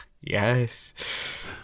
Yes